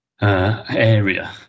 area